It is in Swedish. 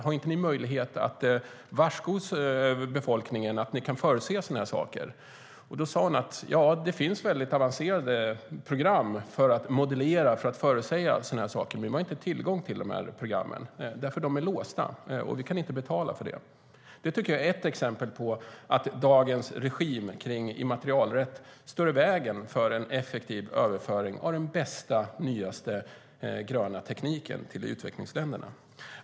Har ni inte möjlighet att varsko befolkningen och förutse sådana här saker? Hon svarade att det finns väldigt avancerade program för att modellera och förutsäga jordbävningar, men de har inte tillgång till dem, för programmen är låsta, och de kan inte betala för dem. Detta är ett exempel på att dagens regim när det gäller immaterialrätt står i vägen för en effektiv överföring av den bästa och nyaste gröna tekniken till utvecklingsländerna.